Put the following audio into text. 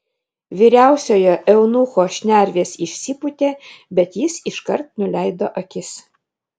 vyriausiojo eunucho šnervės išsipūtė bet jis iškart nuleido akis